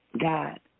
God